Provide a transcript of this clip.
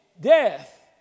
death